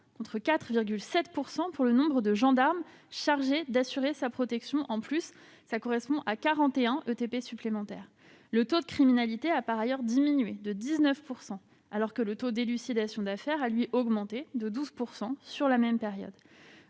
contre 4,7 % pour le nombre de gendarmes chargés d'assurer sa protection, soit 41 équivalents temps plein supplémentaires. Le taux de criminalité a d'ailleurs diminué de 19 % alors que le taux d'élucidation d'affaires a augmenté de 12 % sur la même période.